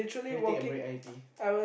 can we take a break I need to pee